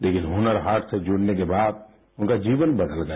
लेकिन हुनर हाट से जुड़ने के बाद उनका जीवन बेदल गया